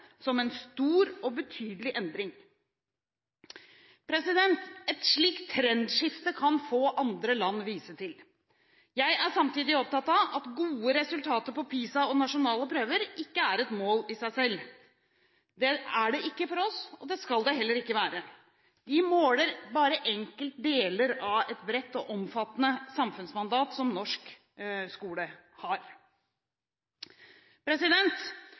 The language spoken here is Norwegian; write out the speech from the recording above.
som en stor og betydelig endring. Et slikt trendskifte kan få andre land vise til. Jeg er samtidig opptatt av at gode resultater på PISA og nasjonale prøver ikke er et mål i seg selv. Det er det ikke for oss, og det skal det heller ikke være. Vi måler bare enkeltdeler av et bredt og omfattende samfunnsmandat som norsk skole har.